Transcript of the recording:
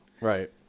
Right